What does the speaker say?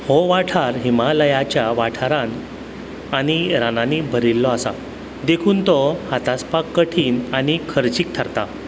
हो वाठार हिमालयाच्या वाठारांत आनी रानांनी भरिल्लो आसा देखून तो हातासपाक कठीण आनी खर्चीक थारता